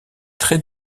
très